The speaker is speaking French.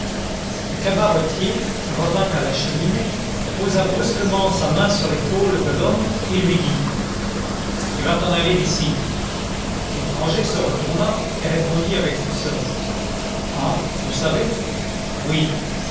le cabaretier revint à la cheminée posa brusquement sa main sur l'épaule de l'homme et lui dit tu vas t'en aller d'ici l'étranger se retourna et répondit avec douceur ah vous savez oui